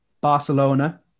Barcelona